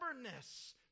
stubbornness